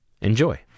Enjoy